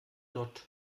dort